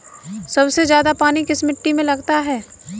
सबसे ज्यादा पानी किस मिट्टी में लगता है?